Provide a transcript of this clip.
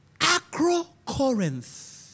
Acro-Corinth